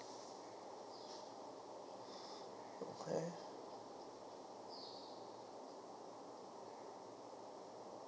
okay